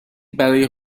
برای